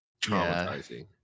Traumatizing